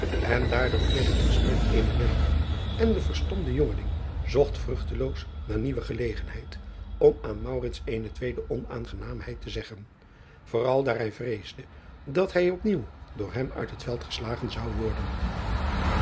en daardoor kreeg het gesprek eene wending en de verstomde jongeling zocht vruchteloos naar nieuwe gelegenheid om aan eene tweede onaangenaamheid te zeggen vooral daar hij vreesde dat hij op nieuw door hem uit het veld geslagen zou worden